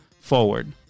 forward